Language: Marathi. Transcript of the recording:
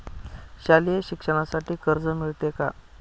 शालेय शिक्षणासाठी कर्ज मिळते का?